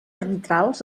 arbitrals